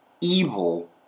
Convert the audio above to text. evil